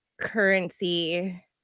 currency